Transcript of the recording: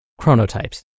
Chronotypes